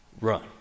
Run